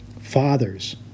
Fathers